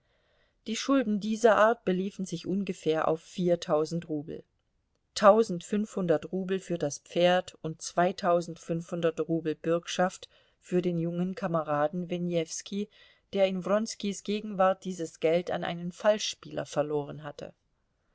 die schulden dieser art beliefen sich ungefähr auf viertausend rubel tausendfünfhundert rubel für das pferd und zweitausendfünfhundert rubel bürgschaft für den jungen kameraden wenewski der in wronskis gegenwart dieses geld an einen falschspieler verloren hatte